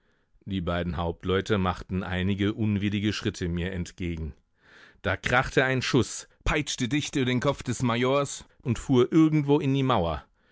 die beiden hauptleute machten einige unwillige schritte mir entgegen da krachte ein schuß peitschte dicht über den kopf des majors und fuhr irgendwo in die mauer